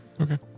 Okay